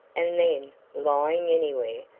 and then, lying anywhere,